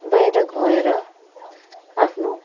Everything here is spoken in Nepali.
बाहिर गएर आफ्नो